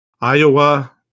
Iowa